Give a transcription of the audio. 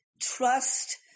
trust